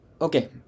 okay